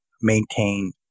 maintain